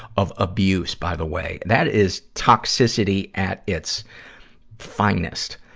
of abuse, by the way. that is toxicity at its finest.